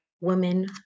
women